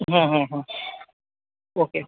okay